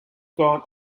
gone